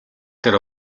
дээр